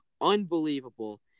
Unbelievable